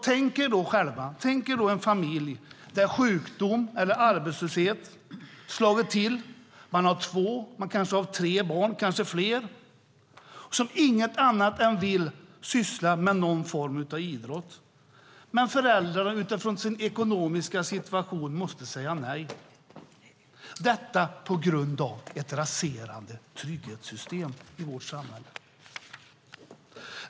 Tänk er en familj där sjukdom eller arbetslöshet har slagit till. Den har två eller tre barn eller kanske fler som inget annat vill än att syssla med någon form av idrott. Men föräldrarna måste säga nej utifrån sin ekonomiska situation på grund av ett raserat trygghetssystem i vårt samhälle.